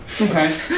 Okay